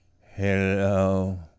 hello